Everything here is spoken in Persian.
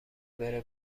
بره